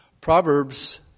Proverbs